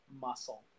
muscle